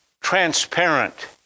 transparent